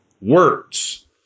words